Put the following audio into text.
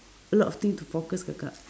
a lot of thing to focus kakak